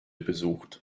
besucht